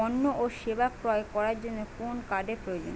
পণ্য ও সেবা ক্রয় করার জন্য কোন কার্ডের প্রয়োজন?